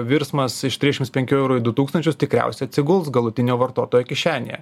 virsmas iš trisdešimt penkių eurų į du tūkstančius tikriausia atsiguls galutinio vartotojo kišenėje